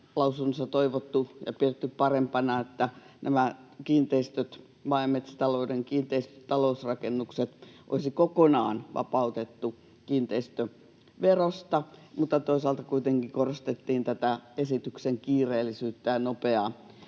lausunnoissa toivottu ja pidetty parempana, että maa- ja metsätalouden kiinteistöt, talousrakennukset, olisi kokonaan vapautettu kiinteistöverosta, mutta toisaalta kuitenkin korostettiin esityksen kiireellisyyttä ja nopeaa